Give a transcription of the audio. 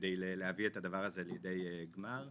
כדי להביא את הדבר הזה לידי גמר,